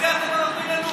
זה מה שמגיע לנו בוועדות.